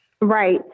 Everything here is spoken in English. Right